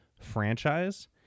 franchise